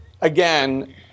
again